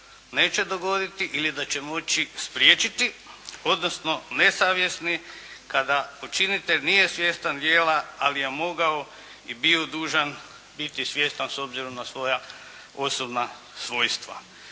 neće dogoditi ili da će moći spriječiti, odnosno nesavjesni kada počinitelj nije svjestan djela, ali je mogao i bio dužan biti svjestan s obzirom na svoja osobna svojstva.